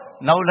Now